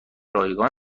رایگان